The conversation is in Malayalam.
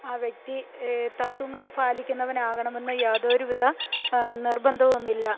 ആ വ്യക്തി തത്ത്വങ്ങൾ പാലിക്കുന്നവനാകണമെന്ന് യാതൊരുവിധ നിർബന്ധവുമില്ല